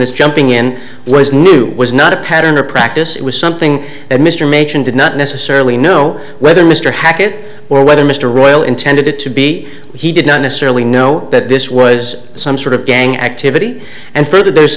this jumping in was new was not a pattern or practice it was something that mr mason did not necessarily know whether mr hackett or whether mr royle intended it to be he did not necessarily know that this was some sort of gang activity and further boost there's